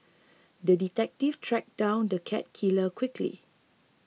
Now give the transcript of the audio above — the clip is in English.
the detective tracked down the cat killer quickly